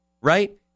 right